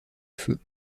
feu